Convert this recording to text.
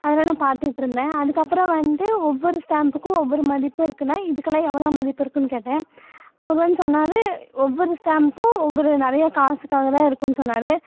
அதெலாம் நான் பார்த்துட்ருந்தேன் அதுக்கப்புறம் வந்து ஒவ்வொரு ஸ்டாம்ப்புக்கும் ஒவ்வொரு மதிப்பு இருக்குதுன்னா இதுக்குலாம் எவ்வளோ மதிப்பு இருக்குதுன்னு கேட்டேன் அவரு வந்து சொன்னாரு ஒவ்வொரு ஸ்டாம்ப்பும் ஒவ்வொரு நிறைய காசுக்காக தான் இருக்கும்னு சொன்னாரு